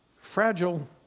Fragile